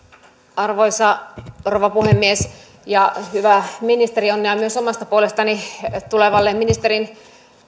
arvoisa rouva puhemies hyvä ministeri onnea myös omasta puolestani tulevalle ministerin